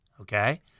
Okay